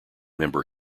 member